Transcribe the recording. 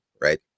right